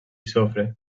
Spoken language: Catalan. sofre